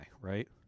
right